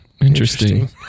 interesting